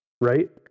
Right